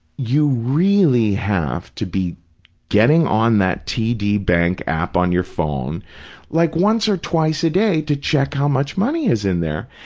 you really have to be getting on that td bank app on your phone like once or twice a day to check how much money is in there.